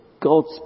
God's